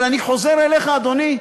אבל אני חוזר אליך, אדוני,